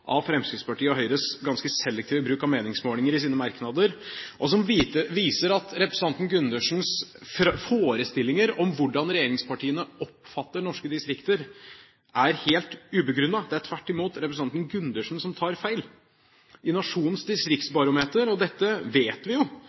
Fremskrittspartiets og Høyres ganske selektive bruk av meningsmålinger i sine merknader, og som viser at representanten Gundersens forestillinger om hvordan regjeringspartiene oppfatter norske distrikter, er helt ubegrunnet. Det er tvert imot representanten Gundersen som tar feil. I Nationens distriktsbarometer – og dette vet vi jo